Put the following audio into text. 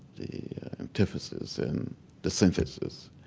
the antithesis and the synthesis,